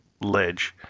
ledge